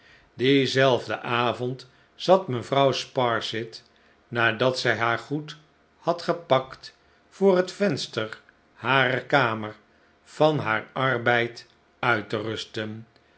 dienzelfden avond zat mevrouw sparsit nadat zij haar goed had gepakt voor het venster harer kamer van haar arbeid uit te rusten